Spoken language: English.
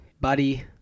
Buddy